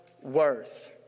worth